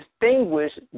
distinguish